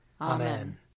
Amen